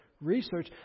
research